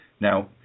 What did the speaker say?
Now